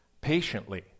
patiently